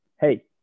Hey